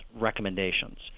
recommendations